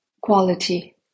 quality